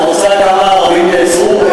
את רוצה לדעת כמה ערבים נעצרו?